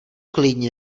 klidně